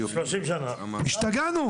השתגענו.